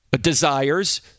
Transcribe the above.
desires